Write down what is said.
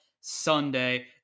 Sunday